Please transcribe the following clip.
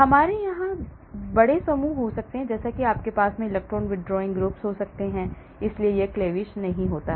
हमारे यहां बड़े समूह हो सकते हैं जैसे कि आपके पास electron withdrawing groups हो सकते हैं इसलिए यह cleavage नहीं होती है